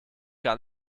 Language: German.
gar